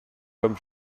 comme